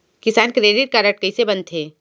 किसान credit card कइसे बनथे?